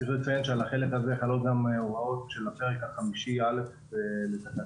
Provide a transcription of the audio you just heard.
צרי לציין שעל החלק הזה חלות גם הוראות של הפרק החמישי א' לתקנות.